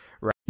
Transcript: right